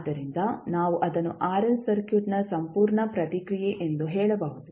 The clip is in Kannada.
ಆದ್ದರಿಂದ ನಾವು ಅದನ್ನು ಆರ್ಎಲ್ ಸರ್ಕ್ಯೂಟ್ನ ಸಂಪೂರ್ಣ ಪ್ರತಿಕ್ರಿಯೆ ಎಂದು ಹೇಳಬಹುದು